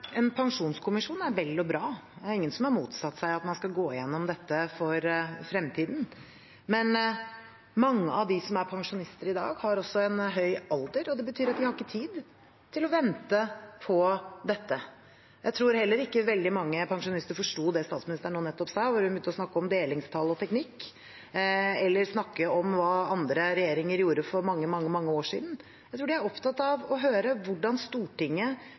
En pensjonskommisjon er vel og bra. Det er ingen som har motsatt seg at man skal gå gjennom dette for fremtiden, men mange av dem som er pensjonister i dag, har en høy alder, og det betyr at de ikke har tid til å vente på dette. Jeg tror heller ikke veldig mange pensjonister forsto det statsministeren nettopp sa når hun begynte å snakke om delingstall og teknikk, eller snakke om hva andre regjeringer gjorde for mange, mange år siden. Jeg tror de er opptatt av å høre hvordan Stortinget